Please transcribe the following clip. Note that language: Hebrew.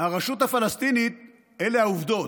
אלה העובדות.